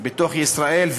בתוך ישראל,